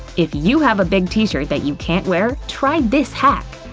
if you have a big t-shirt that you can't wear, try this hack!